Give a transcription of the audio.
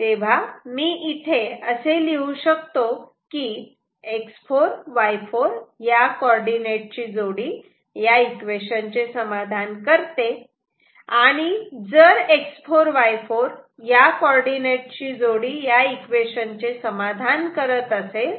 तेव्हा मी इथे असे लिहू शकतो की X4Y4 या कॉर्डीनेट ची जोडी या इक्वेशन चे समाधान करते आणि जर X4 Y4 या कॉर्डीनेट ची जोडी या इक्वेशन चे समाधान करत असेल